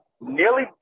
Nearly